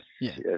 Yes